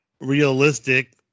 realistic